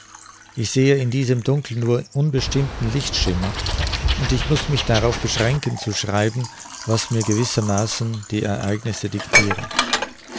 ich sehe in diesem dunkel nur unbestimmten lichtschimmer und ich muß mich darauf beschränken zu schreiben was mir gewissermaßen die ereignisse dictiren